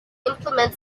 implement